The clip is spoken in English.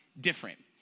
different